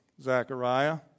Zechariah